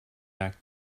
back